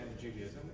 Judaism